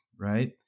Right